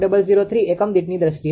003 એકમ દીઠની દ્રષ્ટિએ છે